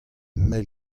mell